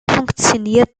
funktioniert